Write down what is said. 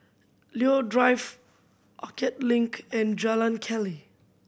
Leo Drive Orchard Link and Jalan Keli